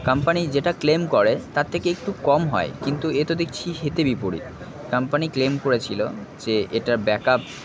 company যেটা claim করে তার থেকে একটু কম হয় কিন্তু এত দেখছি হিতে বিপরীত কম্পানি ক্লেম করেছিলো যে এটার ব্যাকআপ